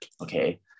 okay